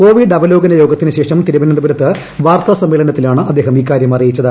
Covid അവലോകന യോഗത്തിനുശേഷം തിരുഷ്നന്തപുരത്ത് വാർത്താ സമ്മേളനത്തിലാണ് അദ്ദേഹം ഇക്കാര്യം അറിയിച്ചത്